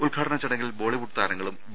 ഉദ്ഘാടന ചടങ്ങിൽ ബോളിവുഡ് താരങ്ങളും ബി